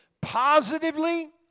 positively